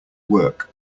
work